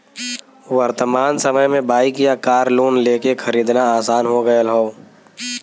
वर्तमान समय में बाइक या कार लोन लेके खरीदना आसान हो गयल हौ